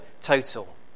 total